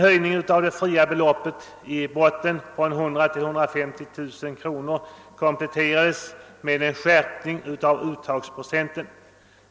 Höjningen av det fria beloppet i botten från 100 000 till 150 000 kr. kompletterades med en skärpning av uttagsprocenten.